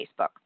facebook